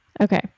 okay